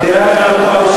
חבר הכנסת מיקי רוזנטל,